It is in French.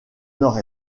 nord